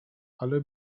ale